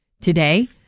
Today